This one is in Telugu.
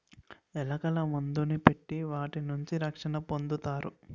ఎలకల మందుని పెట్టి వాటి నుంచి రక్షణ పొందుతారు